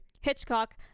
Hitchcock